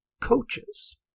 coaches